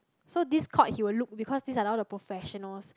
so this court he will look because these are all the professionals